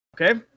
Okay